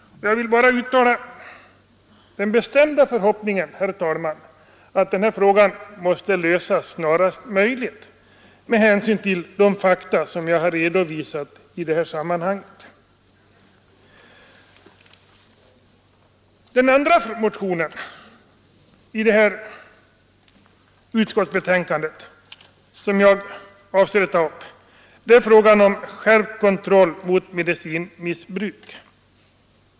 Jag vill här bara uttala den bestämda förhoppningen, herr talman, att frågan måtte lösas snarast möjligt med hänsynstagande till de fakta som vi har redovisat i sammanhanget. Den andra motionen i utskottsbetänkandet som jag avser att ta upp gäller frågan om skärpt kontroll mot medicinmissbruk.